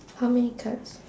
how many cards